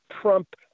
Trump